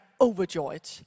overjoyed